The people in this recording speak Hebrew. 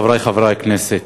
חברי חברי הכנסת,